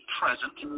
present